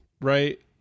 right